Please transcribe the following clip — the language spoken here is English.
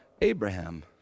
Abraham